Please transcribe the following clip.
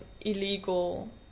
illegal